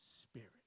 Spirit